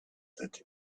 that